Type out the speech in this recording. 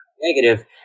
Negative